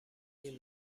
این